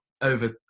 over